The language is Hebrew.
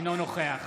אינו נוכח